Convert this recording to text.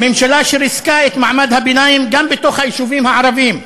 הממשלה שריסקה את מעמד הביניים גם בתוך היישובים הערביים,